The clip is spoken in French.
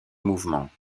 mouvement